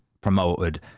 promoted